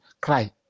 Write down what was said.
cry